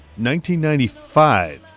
1995